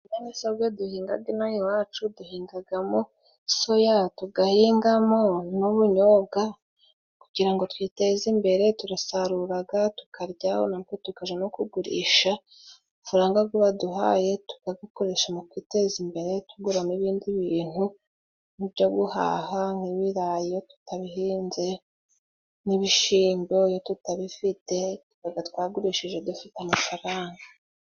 Ibinyamisorwe duhinga ino iwacu duhingamo soya, tugahingamo n'ubunyobwa kugira twiteze imbere, turasarura tukaryaho natwe tukajya no kugurisha, amafaranga baduhaye tukayakoresha mu kwiteza imbere tuguramo ibindi bintu byo guhaha nk'ibirayi tutarabihinze n'ibishimbo tutabifite twagurishije dufite amafaranga.